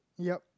yup